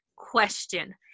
question